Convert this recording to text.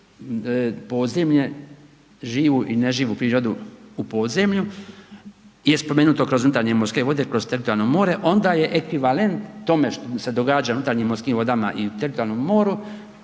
podzemlje, živu i neživu prirodu u podzemlju je spomenuto kroz unutarnje morske vode, kroz teritorijalno more onda je ekvivalent tome što se događa u unutarnjim morskim vodama i teritorijalnom moru